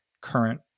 current